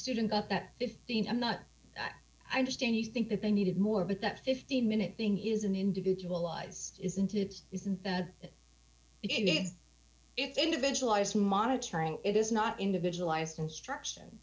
student up at fifteen i'm not i understand you think that they needed more but that fifteen minute thing is an individual lies isn't it isn't it again if individualized monitoring it is not individualized instruction